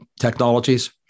technologies